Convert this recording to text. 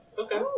Okay